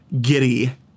giddy